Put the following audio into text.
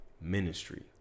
ministry